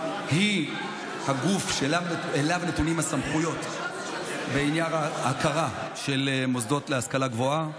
היא הגוף שנתונות לו הסמכויות בעניין ההכרה של מוסדות להשכלה גבוהה,